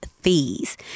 fees